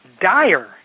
dire